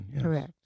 correct